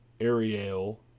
Ariel